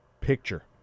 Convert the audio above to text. picture